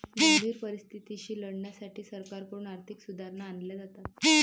गंभीर परिस्थितीशी लढण्यासाठी सरकारकडून आर्थिक सुधारणा आणल्या जातात